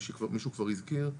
מישהו כבר הזכיר,